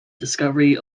discovery